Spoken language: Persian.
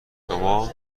شما